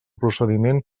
procediment